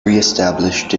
reestablished